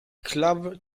club